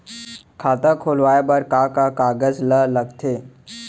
खाता खोलवाये बर का का कागज ल लगथे?